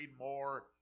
more